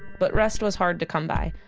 but rest was hard to come by.